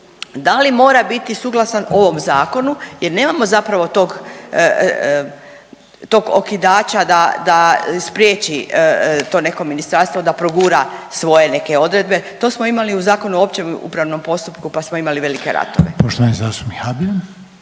da li mora biti suglasan ovom zakonu jer nemamo zapravo tog, tog okidača da, da spriječi to neko ministarstvo da progura svoje neke odredbe. To smo imali u Zakonu o općem upravnom postupku pa smo imali velike ratove. **Reiner, Željko